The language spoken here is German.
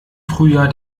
frühjahr